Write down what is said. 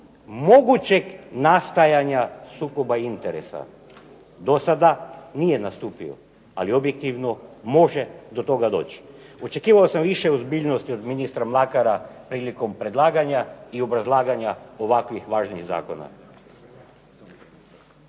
mogućeg nastajanja sukoba interesa. Do sada nije nastupio, ali objektivno može do toga doći. Očekivao sam više ozbiljnosti od ministra Mlakara prilikom predlaganja i obrazlaganja ovakvih važnih zakona.